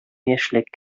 яшьлек